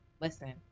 listen